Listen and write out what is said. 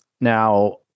Now